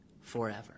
forever